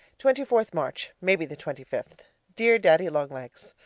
twenty fourth march, maybe the twenty fifth dear daddy-long-legs,